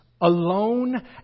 alone